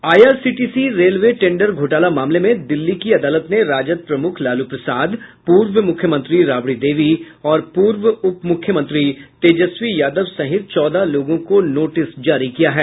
IRCTC railway tender घोटाला मामले में दिल्ली की अदालत ने राजद प्रमुख लालू प्रसाद पूर्व मुख्यमंत्री राबड़ी देवी और पूर्व उप मुख्यमंत्री तेजस्वी यादव सहित चौदह लोगों को नोटिस जारी किया है